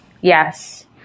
Yes